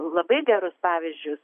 labai gerus pavyzdžius